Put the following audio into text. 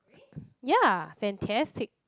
ya fantastic